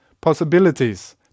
possibilities